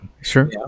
sure